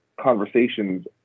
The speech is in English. conversations